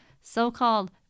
so-called